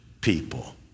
people